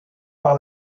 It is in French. par